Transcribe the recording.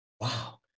wow